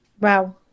Wow